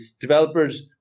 developers